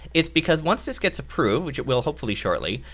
it's because once this gets approved, which it will hopefully shortly.